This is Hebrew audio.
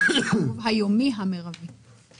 הוא צריך לשלם מעבר למה שעולה ברכב שלו,